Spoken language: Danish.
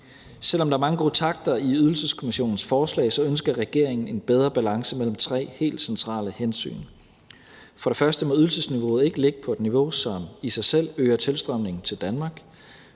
Selv om der er mange gode takter i Ydelseskommissionens forslag, ønsker regeringen en bedre balance mellem tre helt centrale hensyn. For det første må ydelsesniveauet ikke ligge på et niveau, som i sig selv øger tilstrømningen til Danmark.